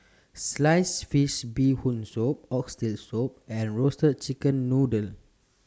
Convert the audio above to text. Sliced Fish Bee Hoon Soup Oxtail Soup and Roasted Chicken Noodle